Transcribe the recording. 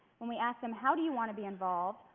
when we asked them, how do you want to be involved,